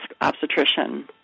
obstetrician